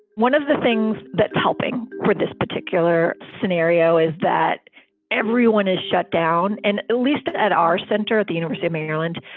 one of the things that's helping for this particular scenario is that everyone is shut down. and at least at our center the university of maryland,